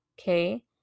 Okay